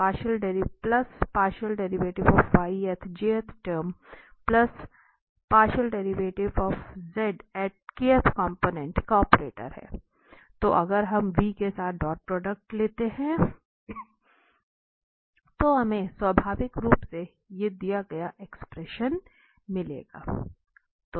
तो अगर हम 𝑣⃗ के साथ डॉट प्रोडक्ट लेते है तो हमें स्वाभाविक रूप से मिलेगा